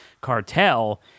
cartel